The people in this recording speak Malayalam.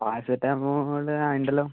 പാരസെറ്റമോൾ ആ ഉണ്ടല്ലോ